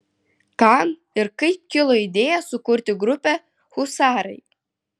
kam ir kaip kilo idėja sukurti grupę husarai